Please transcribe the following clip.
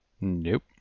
Nope